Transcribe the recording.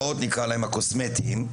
"הקוסמטיים",